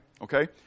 okay